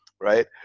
right